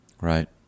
Right